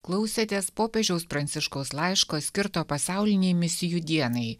klausėtės popiežiaus pranciškaus laiško skirto pasaulinei misijų dienai